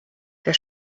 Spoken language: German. der